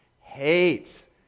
hates